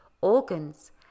organs